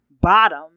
bottom